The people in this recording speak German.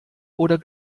oder